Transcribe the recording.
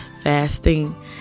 fasting